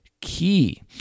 key